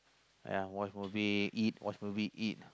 ya watch movie eat watch movie eat